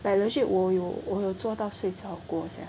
like legit 我有我有坐到睡着过 sia